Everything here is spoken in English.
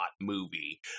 movie